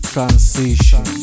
Transition